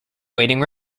waiting